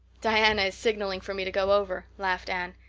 diana is signaling for me to go over, laughed anne.